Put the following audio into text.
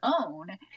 own